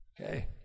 Okay